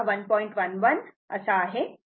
11 आहे